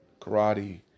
karate